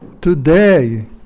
Today